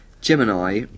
Gemini